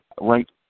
right